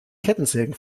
kettensägen